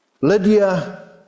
Lydia